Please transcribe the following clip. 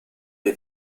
dei